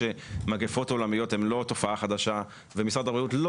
שמגפות עולמיות הן לא תופעה חדשה ומשרד הבריאות לא